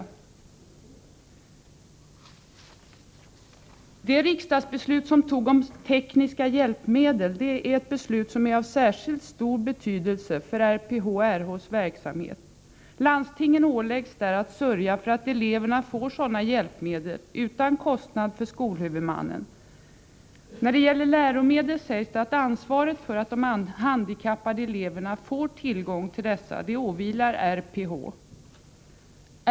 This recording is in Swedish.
Det riksdagsbeslut som fattats om tekniska hjälpmedel är av särskilt stor betydelse för RPH-RH:s verksamhet. Landstingen åläggs där att sörja för att eleverna får sådana hjälpmedel utan kostnad för skolhuvudmannen. När det gäller läromedel sägs det att ansvaret för att de handikappade eleverna får tillgång till sådana åvilar RPH.